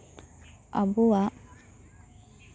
ᱟᱵᱚᱣᱟᱜ